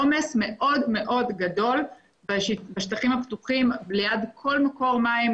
עומס מאוד מאוד גדול בשטחים הפתוחים ליד כל מקור מים,